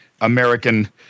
American